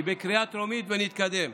היא בקריאה טרומית, ונתקדם.